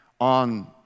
on